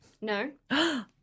No